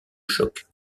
choc